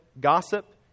gossip